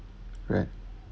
right